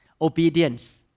obedience